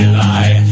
lie